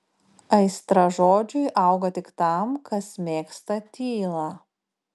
aistra žodžiui auga tik tam kas mėgsta tylą